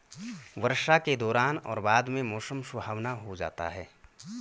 वर्षा के दौरान और बाद में मौसम सुहावना हो जाता है